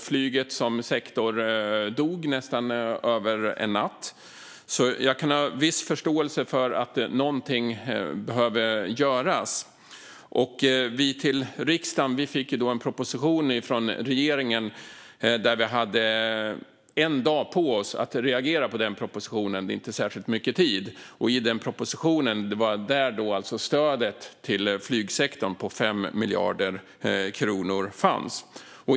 Flyget som sektor dog nästan över en natt. Jag kan ha viss förståelse för att någonting behövde göras. Vi fick en proposition till riksdagen från regeringen. Vi hade en dag på oss att reagera på den propositionen. Det är inte särskilt mycket tid. I propositionen fanns stödet till flygsektorn på 5 miljarder kronor.